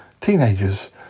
teenagers